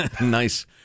Nice